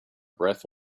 breath